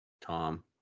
Tom